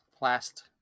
last